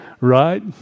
right